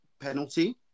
penalty